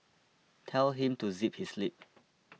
tell him to zip his lip